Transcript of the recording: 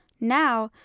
now,